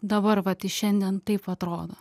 dabar vat į šiandien taip atrodo